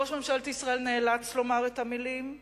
ראש ממשלת ישראל נאלץ לומר את המלים,